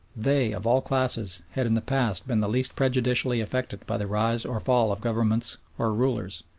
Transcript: they, of all classes, had in the past been the least prejudicially affected by the rise or fall of governments or rulers,